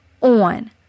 on